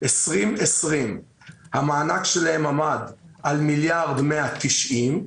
ב-2020 המענק שלהן עמד על מיליארד ו-190.